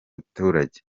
baturage